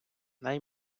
най